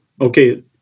Okay